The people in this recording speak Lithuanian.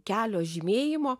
kelio žymėjimo